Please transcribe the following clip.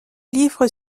livres